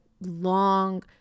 long